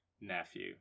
nephew